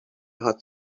hat